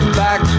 back